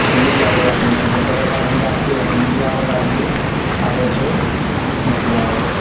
ओ मीडियाबलाके माध्यमसॅं तेकरबाद हमरा आरके यहाँ मीडियाबला भी आबै छै मतलब